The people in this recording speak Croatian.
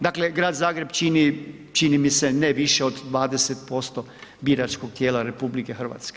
Dakle grad Zagreb čini, čini mi se ne više od 20% biračkog tijela RH.